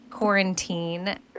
Quarantine